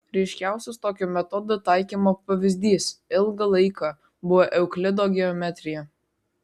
ryškiausias tokio metodo taikymo pavyzdys ilgą laiką buvo euklido geometrija